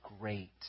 great